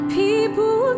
people